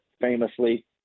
famously